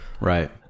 Right